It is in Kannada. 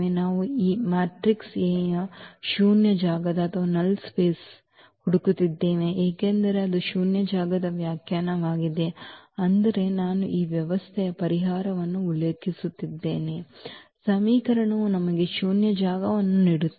ನಾವು ಈ ಮ್ಯಾಟ್ರಿಕ್ಸ್ A ಯ ಶೂನ್ಯ ಜಾಗದ ಶೂನ್ಯ ಜಾಗವನ್ನು ಹುಡುಕುತ್ತಿದ್ದೇವೆ ಏಕೆಂದರೆ ಅದು ಶೂನ್ಯ ಜಾಗದ ವ್ಯಾಖ್ಯಾನವಾಗಿದೆ ಅಂದರೆ ನಾನು ಈ ವ್ಯವಸ್ಥೆಯ ಪರಿಹಾರವನ್ನು ಉಲ್ಲೇಖಿಸುತ್ತೇನೆ ಸಮೀಕರಣವು ನಮಗೆ ಶೂನ್ಯ ಜಾಗವನ್ನು ನೀಡುತ್ತದೆ